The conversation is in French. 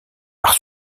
par